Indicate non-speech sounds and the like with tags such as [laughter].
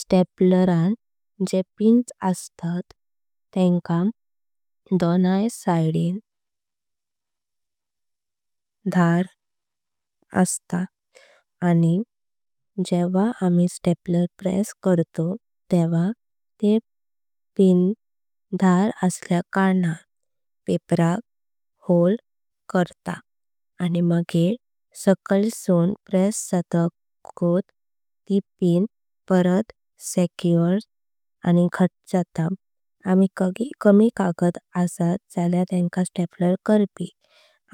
स्टेपलर रां गत पिन्स असतात तेंका दोनाय साइड्स सांचा। [hesitation] धर असता आनी जेव्हा आम्ही स्टेपलर। प्रेस करतो तेव्हा ते पिन्स धर असल्या कारणान पेपराक होल। करतात आनी मागेर साकाईल सुन प्रेस जातकात ती पिन परत। सिक्योर आनी घट्टा जात आमि कमी [hesitation] कागद आसात। जाल्या तेंकाट स्टेपलर करपी